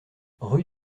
rue